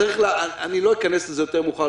לא אכנס לזה יותר מאוחר,